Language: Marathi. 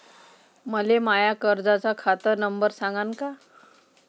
मले माया कर्जाचा खात नंबर सांगान का?